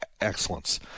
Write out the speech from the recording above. excellence